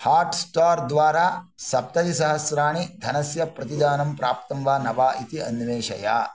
Hotstar द्वारा सप्ततिः सहस्त्राणि धनस्य प्रतिदानं प्राप्तं वा न वा इति अन्वेषय